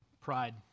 Pride